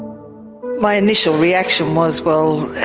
my initial reaction was, well,